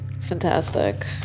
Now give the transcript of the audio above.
fantastic